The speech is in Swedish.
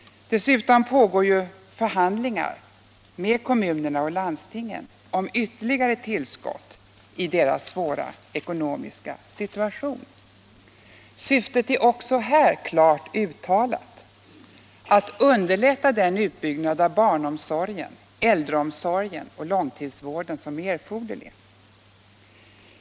Dessutom pågår förhandlingar med kommunerna och landstingen om ytterligare tillskott i deras svåra ekonomiska situation. Syftet är också här klart uttalat — att underlätta den utbyggnad av barnomsorgen, äldreomsorgen och långtidsvården som är erforderlig.